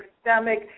stomach